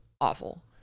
awful